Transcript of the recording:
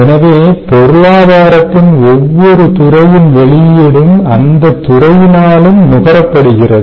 எனவே பொருளாதாரத்தின் ஒவ்வொரு துறையின் வெளியீடும் அந்தத் துறையினாலும் நுகரப்படுகிறது